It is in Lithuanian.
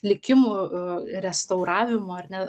likimų restauravimo ar ne